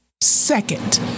second